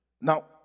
Now